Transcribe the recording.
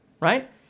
Right